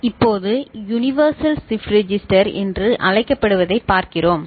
H இப்போது universal shift register என்று அழைக்கப்படுவதைப் பார்க்கிறோம்